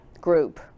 group